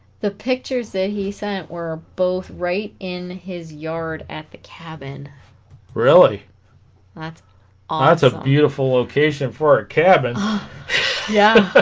the pictures that he sent were both right in his yard at the cabin really that's a ah sort of beautiful location for a cabin yeah